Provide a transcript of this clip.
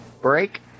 Break